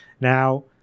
Now